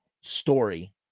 story